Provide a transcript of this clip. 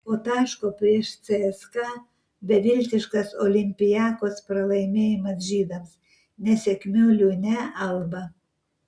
po taško prieš cska beviltiškas olympiakos pralaimėjimas žydams nesėkmių liūne alba